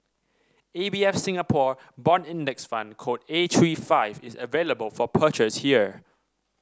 A B F Singapore Bond Index Fund code A three five is available for purchase here